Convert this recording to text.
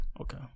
Okay